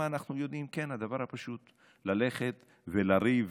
אנחנו יודעים את הדבר הפשוט: ללכת ולריב